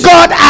God